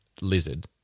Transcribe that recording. lizard